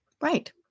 Right